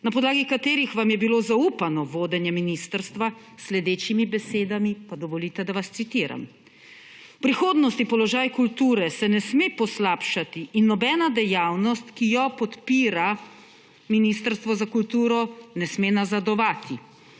na podlagi katerih vam je bilo zaupano vodenje ministrstva, s sledečimi besedami, pa dovolite, da vas citiram: »V prihodnosti položaj kulture se ne sme poslabšati in nobena dejavnost, ki jo podpira Ministrstvo za kulturo, ne sme nazadovati.